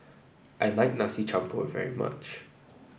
I like Nasi Campur very much